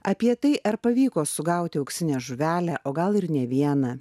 apie tai ar pavyko sugauti auksinę žuvelę o gal ir ne vieną